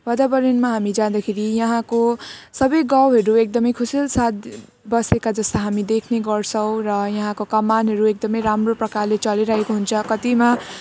वातावरणमा हामी जाँदाखेरि यहाँको सबै गाउँहरू एकदमै खुसी साथ बसेका जस्तो हामी देख्ने गर्छौँ र यहाँको कमानहरू एकदमै राम्रो प्रकारले चलिरहेको हुन्छ कतिमा